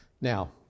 Now